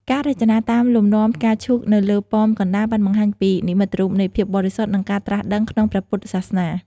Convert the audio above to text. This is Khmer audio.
ការរចនាតាមលំនាំផ្កាឈូកនៅលើប៉មកណ្តាលបានបង្ហាញពីនិមិត្តរូបនៃភាពបរិសុទ្ធនិងការត្រាស់ដឹងក្នុងព្រះពុទ្ធសាសនា។